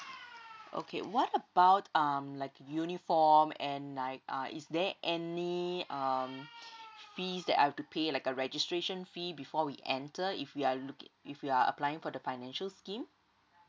okay what about um like uniform and like uh is there any um fees that I have to pay like a registration fee before we enter if we are looki~ if we're applying for the financial scheme